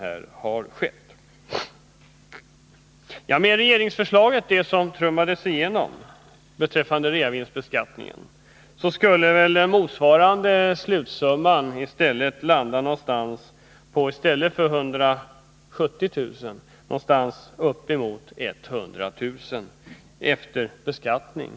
Med det regeringsförslag som trumfades igenom beträffande reavinstbeskattningen skulle slutsumman i stället för att stanna vid 170 000 landa någonstans uppemot 100 000 kr, efter beskattning.